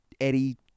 Eddie